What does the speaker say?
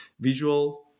visual